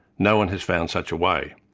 no-one has found such a way.